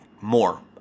more